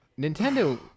nintendo